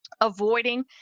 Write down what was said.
avoiding